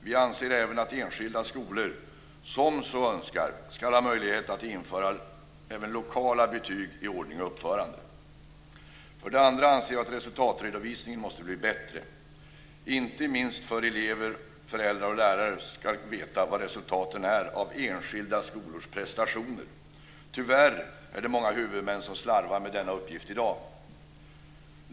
Vi anser även att enskilda skolor, om de så önskar, ska ha en möjlighet att införa lokala betyg i ordning och uppförande. För det andra anser vi att resultatredovisningen måste bli bättre, inte minst för att elever, föräldrar och lärare ska veta vilka resultaten är på enskilda skolor. Tyvärr är det många huvudmän som slarvar med denna uppgift i dag.